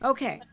Okay